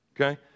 okay